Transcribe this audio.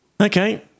Okay